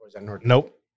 Nope